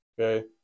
Okay